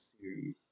series